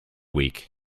week